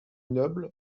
noble